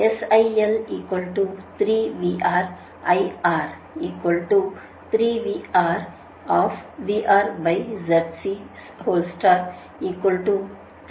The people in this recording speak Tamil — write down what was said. இது சமன்பாடு 73 ஆகும்